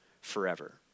forever